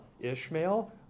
Ishmael